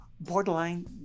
borderline